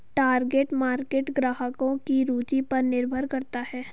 target market ग्राहकों की रूचि पर निर्भर करता है